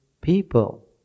people